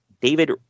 David